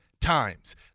times